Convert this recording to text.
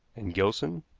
and gilson?